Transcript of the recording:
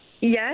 Yes